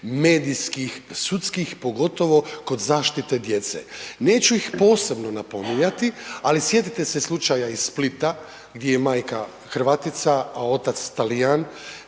medijskih sudskih, pogotovo kod zaštite djece. Neću ih posebno napominjati, ali sjetite se slučaja iz Splita gdje je majka Hrvatica, a otac Talijan